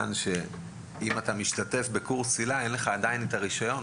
שישה חודשים או קנס כאמור בסעיף 61(א)(1) לחוק העונשין,